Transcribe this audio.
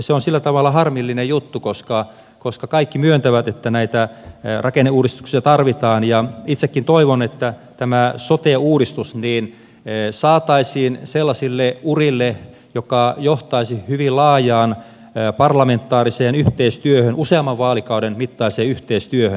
se on sillä tavalla harmillinen juttu koska kaikki myöntävät että näitä rakenneuudistuksia tarvitaan ja itsekin toivon että sote uudistus saataisiin sellaisille urille joka johtaisi hyvin laajaan parlamentaariseen yhteistyöhön useamman vaalikauden mittaiseen yhteistyöhön